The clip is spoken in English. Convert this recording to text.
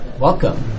welcome